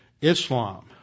Islam